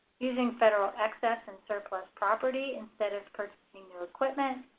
using federal excess and surplus property instead of purchasing new equipment.